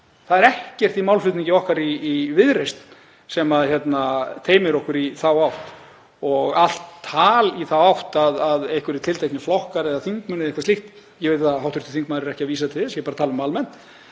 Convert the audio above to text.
Það er ekkert í málflutningi okkar í Viðreisn sem teymir okkur í þá átt og allt tal í þá átt að einhverjir tilteknir flokkar eða þingmenn eða eitthvað slíkt, ég veit að hv. þingmaður er ekki að vísa til þess, ég er bara tala um almennt,